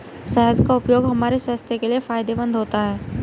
शहद का उपयोग हमारे स्वास्थ्य के लिए फायदेमंद होता है